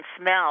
smell